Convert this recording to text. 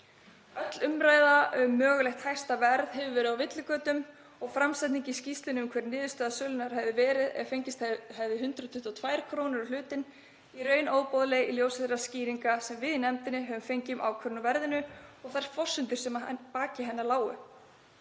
Öll umræða um mögulegt hæsta verð hefur verið á villigötum og framsetning í skýrslunni um hver niðurstaða sölunnar hefði verið ef fengist hefðu 122 kr. á hlutinn er í raun óboðleg í ljósi þeirra skýringa sem við í nefndinni höfum fengið um ákvörðun á verðinu og þær forsendur sem að baki henni lágu.